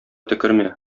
төкермә